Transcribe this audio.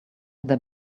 their